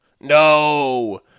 No